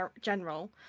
general